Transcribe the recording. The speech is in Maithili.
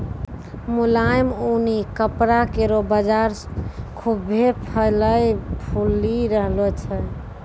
मुलायम ऊनी कपड़ा केरो बाजार खुभ्भे फलय फूली रहलो छै